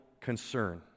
concern